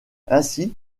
ainsi